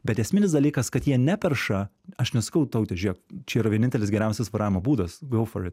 bet esminis dalykas kad jie neperša aš nesakau taute žėk čia yra vienintelis geriausias vairavimo būdas gau for it